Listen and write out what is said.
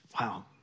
wow